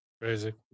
Crazy